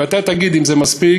ואתה תגיד אם זה מספיק,